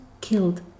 killed